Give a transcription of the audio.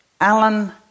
Alan